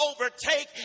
overtake